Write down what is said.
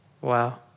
Wow